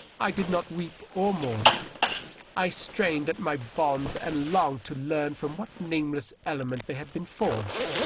i did not weep or mourn i strained at my bonds and longed to learn from what nameless element they had been forged.